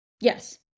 Yes